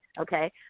okay